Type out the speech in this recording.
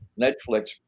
Netflix